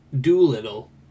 doolittle